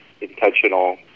intentional